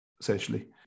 essentially